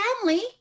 family